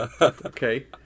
Okay